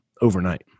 overnight